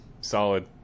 Solid